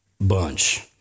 bunch